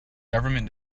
government